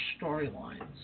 storylines